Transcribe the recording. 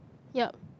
yup